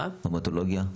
והמטולוגיה?